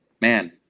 man